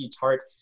Tart